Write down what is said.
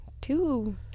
two